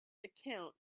account